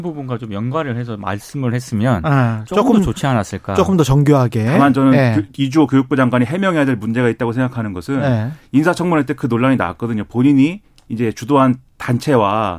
부분과 좀 연관을 해서 말씀을 했으면 아, 조금 더 조금, 좋지 않았을까. 조금 더 정교하게. 다만 저는 예. 교- 이주호 교육부 장관이 해명해야 될 문제가 있다고 생각하는 것은 네. 인사청문회 때 그 논- 논란이 나왔거든요. 본인이 이제 주도한 단체와